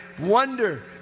wonder